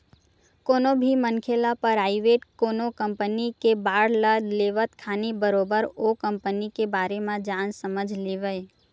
कोनो भी मनखे ल पराइवेट कोनो कंपनी के बांड ल लेवत खानी बरोबर ओ कंपनी के बारे म जान समझ लेवय